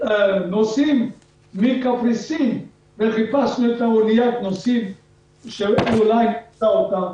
נוסעים מקפריסין וחיפשנו את אניית הנוסעים שאולי תישא אותם,